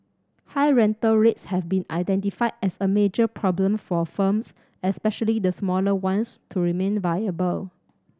high rental rates have been identified as a major problem for firms especially the smaller ones to remain viable